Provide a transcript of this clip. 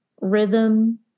rhythm